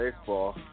baseball